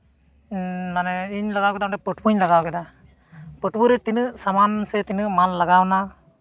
ᱢᱟᱱᱮ ᱤᱧ ᱞᱟᱜᱟᱣ ᱠᱮᱫᱟ ᱚᱸᱰᱮ ᱯᱟᱹᱴᱩᱣᱟᱹᱧ ᱞᱟᱜᱟᱣ ᱠᱮᱫᱟ ᱯᱟᱹᱴᱩᱣᱟᱹ ᱨᱮ ᱛᱤᱱᱟᱹᱜ ᱥᱟᱢᱟᱱ ᱥᱮ ᱛᱤᱱᱟᱹᱜ ᱢᱟᱞ ᱞᱟᱜᱟᱣᱱᱟ